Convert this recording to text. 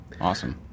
awesome